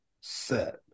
set